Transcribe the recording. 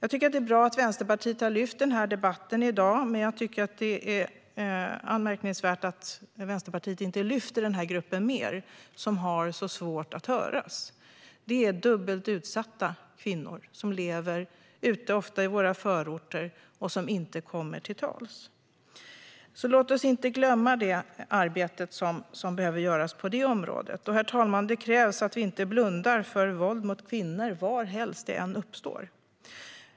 Det är bra att Vänsterpartiet har lyft upp debatten i dag, men det är anmärkningsvärt att Vänsterpartiet inte lyfter fram denna grupp, som har så svårt att höras, mer. Dubbelt utsatta kvinnor, som ofta lever i våra förorter, kommer inte till tals. Låt oss inte glömma det arbete som behöver göras på det området. Herr talman! Det krävs att vi inte blundar för våld mot kvinnor, varhelst det uppstår.